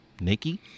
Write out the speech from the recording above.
Nikki